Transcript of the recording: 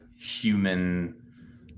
human